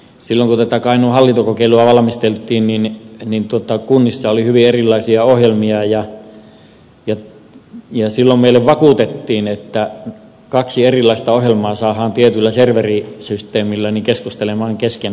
silloin kun tätä kainuun hallintokokeilua valmisteltiin kunnissa oli hyvin erilaisia ohjelmia ja silloin meille vakuutettiin että kaksi erilaista ohjelmaa saadaan tietyllä serverisysteemillä keskustelemaan keskenään